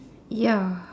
ya